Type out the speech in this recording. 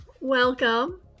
welcome